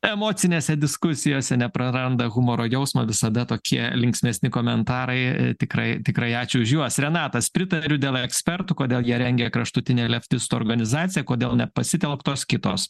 emocinėse diskusijose nepraranda humoro jausmo visada tokie linksmesni komentarai tikrai tikrai ačiū už juos renatas pritariu dėl ekspertų kodėl jie rengia kraštutinę leftistų organizaciją kodėl nepasitelktos kitos